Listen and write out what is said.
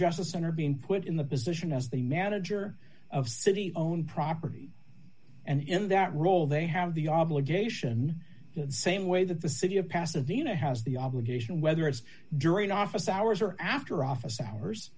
justice center being put in the position as the manager of city own property and in that role they have the obligation the same way that the city of pasadena has the obligation whether it's during office hours or after office hours